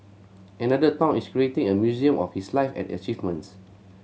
another town is creating a museum on his life and achievements